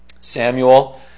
Samuel